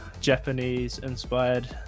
Japanese-inspired